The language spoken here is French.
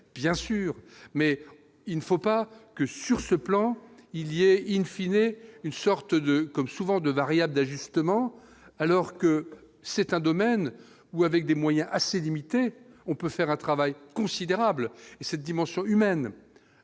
bien sûr, mais il ne faut pas que sur ce plan il in fine est une sorte de comme souvent de variable d'ajustement, alors que c'est un domaine où avec des moyens assez limités, on peut faire un travail considérable et cette dimension humaine